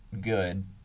good